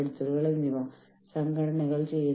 നിങ്ങൾ നിങ്ങളുടെ ബോസിനോട് അവധി അഭ്യർത്ഥിക്കുന്നു